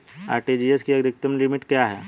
RTGS की अधिकतम limit क्या है?